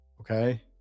Okay